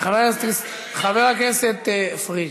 חבר הכנסת פריג',